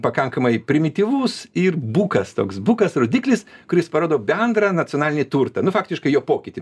pakankamai primityvus ir bukas toks bukas rodiklis kuris parodo bendrą nacionalinį turtą nu faktiškai jo pokytį